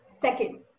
Second